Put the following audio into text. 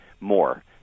more